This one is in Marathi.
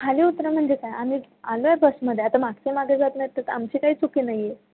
खाली उतरा म्हणजे काय आम्ही आलो आहे बसमध्ये आता मागचे मागे जात नाही त्यात आमची काही चुकी नाही आहे